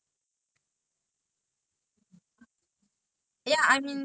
oh so you were in the dance wing I thought you say it was only a workshop